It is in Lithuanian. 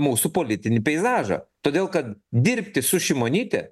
mūsų politinį peizažą todėl kad dirbti su šimonyte